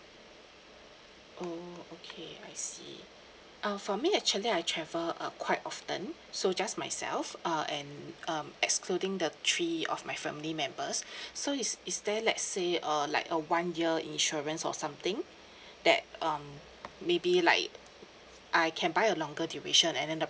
oh okay I see uh for me actually I travel uh quite often so just myself uh and um excluding the three of my family members so is is there let's say a like a one year insurance or something that um maybe like I can buy a longer duration and then the